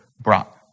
brought